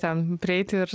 ten prieiti ir